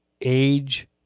age